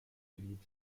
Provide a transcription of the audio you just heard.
gebiet